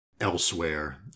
Elsewhere